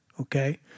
Okay